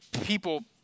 people